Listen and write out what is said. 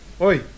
Oi